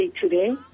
today